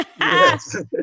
Yes